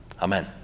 amen